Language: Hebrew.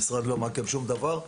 המשרד לא מעכב שום דבר.